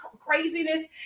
craziness